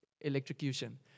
electrocution